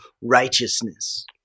righteousness